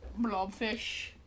Blobfish